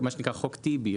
מה שנקרא חוק טיבי,